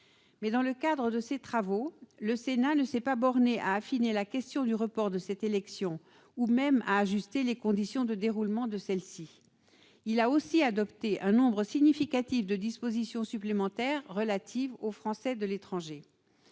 sanitaires satisfaisantes. Le Sénat ne s'est pas borné à affiner la question du report de cette élection, ni même à ajuster les conditions de déroulement de celle-ci. Il a aussi adopté un nombre important de dispositions supplémentaires relatives aux Français de l'étranger.